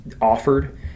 offered